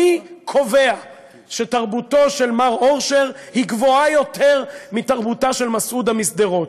מי קובע שתרבותו של מר אורשר גבוהה יותר מתרבותה של מסעודה משדרות?